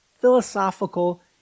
philosophical